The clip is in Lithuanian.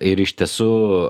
ir iš tiesų